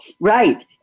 right